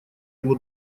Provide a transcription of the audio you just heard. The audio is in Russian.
его